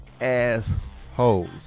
assholes